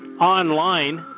online